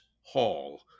Hall